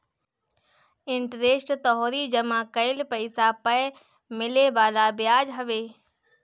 interest तोहरी जमा कईल पईसा पअ मिले वाला बियाज हवे